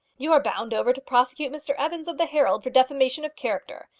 you are bound over to prosecute mr evans, of the herald, for defamation of character.